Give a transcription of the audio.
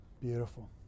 Beautiful